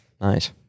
Nice